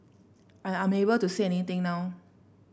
I am unable to say anything now